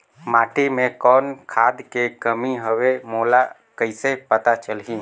माटी मे कौन खाद के कमी हवे मोला कइसे पता चलही?